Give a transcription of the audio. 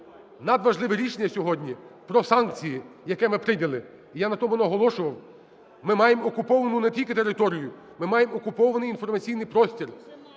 надважливе рішення сьогодні про санкції, яке ми прийняли, і я на тому наголошував, ми маємо окуповану не тільки територію, ми маємо окупований інформаційний простір.